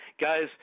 Guys